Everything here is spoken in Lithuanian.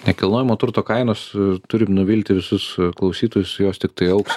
nekilnojamo turto kainos turim nuvilti visus klausytojus jos tiktai augs